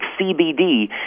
CBD